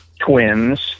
twins